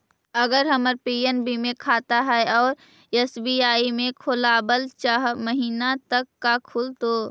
अगर हमर पी.एन.बी मे खाता है और एस.बी.आई में खोलाबल चाह महिना त का खुलतै?